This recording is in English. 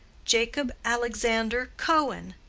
jacob alexander cohen,